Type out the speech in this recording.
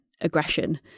aggression